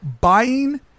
buying